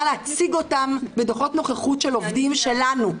להציג אותן בדוחות נוכחות של עובדים שלנו,